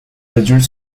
adultes